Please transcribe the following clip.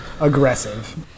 aggressive